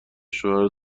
شوهر